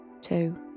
two